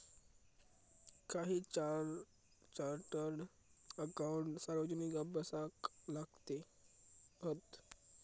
काही chartered accountant सार्वजनिक अभ्यासाक लागले हत